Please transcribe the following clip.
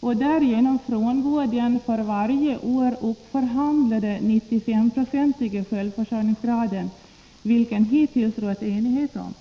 och därigenom frångå den för varje år uppförhandlade 95 procentiga självförsörjningsgraden, vilken det hittills har rått enighet om.